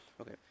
Okay